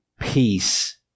peace